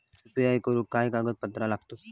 UPI करुक काय कागदपत्रा लागतत?